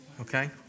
okay